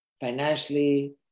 financially